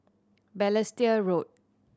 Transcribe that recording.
Balestier Road